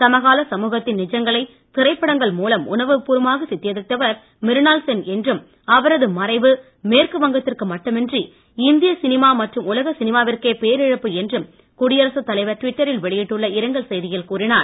சமகால சமூகத்தின் நிஜங்களை திரைப்படங்கள் மூலம் உணர்வுபூர்வமாக சித்தரித்தவர் மிருனாள் சென் என்றும் அவரது மறைவு மேற்குவங்கத்திற்கு மட்டுமின்றி இந்திய சினிமா மற்றும் உலக சினிமாவிற்கே பேரிழப்பு என்றும் குடியரசு தலைவர் டுவிட்டரில் வெளியிட்டுள்ள இரங்கல் செய்தியில் கூறினார்